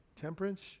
temperance